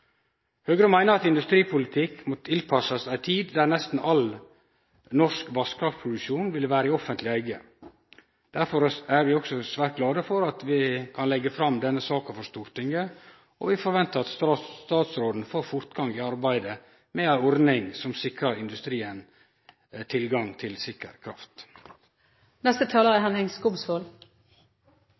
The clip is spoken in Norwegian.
Høgre meiner at industripolitikken må tilpassast ei tid der nesten all norsk vasskraftproduksjon vil vere i offentleg eige. Derfor er vi også svært glade for at vi kan legge fram denne saka for Stortinget, og vi forventar at statsråden får fortgang i arbeidet med ei ordning som sikrar industrien tilgang til sikker